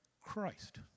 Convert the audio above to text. Christ